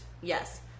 Yes